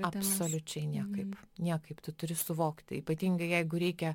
absoliučiai niekaip niekaip tu turi suvokti ypatingai jeigu reikia